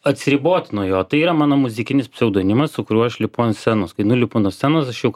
atsiriboti nuo jo tai yra mano muzikinis pseudonimas su kuriuo aš lipu ant scenos kai nulipu nuo scenos aš jau